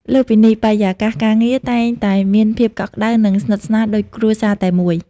លើសពីនេះ បរិយាកាសការងារតែងតែមានភាពកក់ក្ដៅ និងស្និទ្ធស្នាលដូចគ្រួសារតែមួយ។